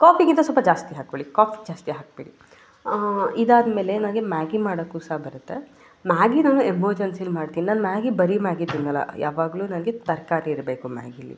ಕಾಫಿಗಿಂತ ಸ್ವಲ್ಪ ಜಾಸ್ತಿ ಹಾಕೊಳ್ಳಿ ಕಾಫಿಗೆ ಜಾಸ್ತಿ ಹಾಕಬೇಡಿ ಇದಾದಮೇಲೆ ನನಗೆ ಮ್ಯಾಗಿ ಮಾಡೋಕ್ಕೂ ಸಹ ಬರುತ್ತೆ ಮ್ಯಾಗಿ ನಾನು ಎಮರ್ಜೆನ್ಸಿಲಿ ಮಾಡ್ತೀನಿ ನಾನು ಮ್ಯಾಗಿ ಬರೀ ಮ್ಯಾಗಿ ತಿನ್ನೋಲ್ಲ ಯಾವಾಗಲೂ ನನಗೆ ತರಕಾರಿ ಇರಬೇಕು ಮ್ಯಾಗೀಲಿ